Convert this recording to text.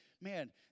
man